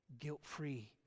guilt-free